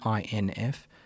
INF